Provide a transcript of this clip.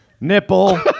Nipple